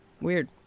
weird